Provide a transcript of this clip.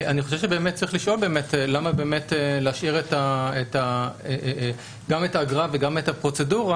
ואני חושב שבאמת צריך לשאול למה להשאיר גם את האגרה וגם את הפרוצדורה?